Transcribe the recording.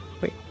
Wait